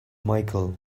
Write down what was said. michael